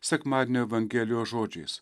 sekmadienio evangelijos žodžiais